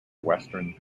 western